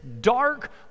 dark